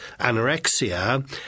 anorexia